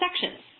sections